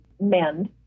mend